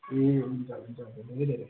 ए हुन्छ हुन्छ धेरै धेरै